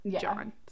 john